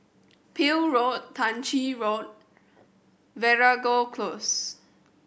Peel Road Tah Ching Road Veeragoo Close